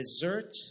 dessert